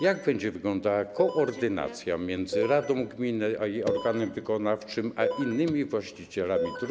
Jak będzie wyglądała koordynacja między radą gminy, jej organem wykonawczym a innymi właścicielami dróg.